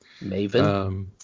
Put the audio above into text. Maven